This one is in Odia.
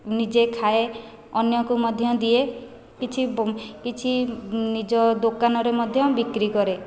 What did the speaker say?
ନିଜେ ଖାଏ ଅନ୍ୟକୁ ମଧ୍ୟ ଦିଏ କିଛି କିଛି ନିଜ ଦୋକାନରେ ମଧ୍ୟ ବିକ୍ରି କରେ